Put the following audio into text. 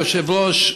אדוני היושב-ראש,